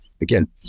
again